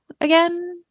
again